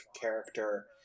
character